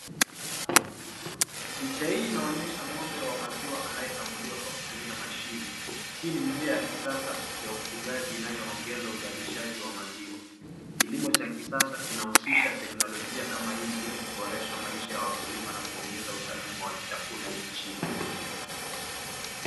Picha hii inaonyesha ng'ombe wa maziwa anaye kamuliwa kwa kutumia mashine, hii ni njia ya kisasa ya ufugaji inayo uongeza uzalishaji wa maziwa. Kilimo cha kisasa kinahudisha teknolojia kama hii ili kuboresha maisha ya wakulima na kuongeza usalama wa chakula nchini.